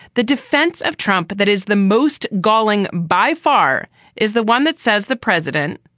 the defense of trump that is the most galling by far is the one that says the president,